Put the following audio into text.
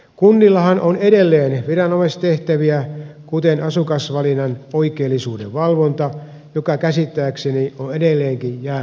kunnillahan on edelleen viranomaistehtäviä kuten asukasvalinnan oikeellisuuden valvonta joka käsittääkseni on edelleenkin jäämässä kunnille